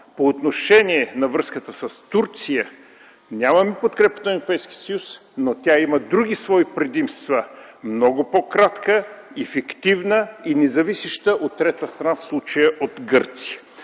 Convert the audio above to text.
По отношение на връзката с Турция нямаме подкрепата на Европейския съюз, но тя има други свои предимства – много по-кратка, ефективна и независеща от трета страна, в случая от Гърция.